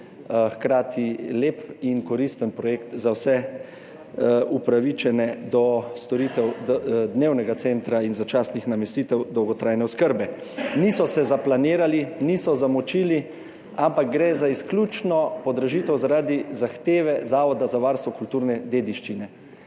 hkrati lep in koristen projekt za vse upravičene do storitev dnevnega centra in začasnih namestitev dolgotrajne oskrbe. Niso se zaplanirali, niso zamočili, ampak gre izključno za podražitev zaradi zahteve Zavoda za varstvo kulturne dediščine.